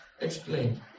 explain